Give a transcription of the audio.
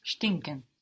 Stinken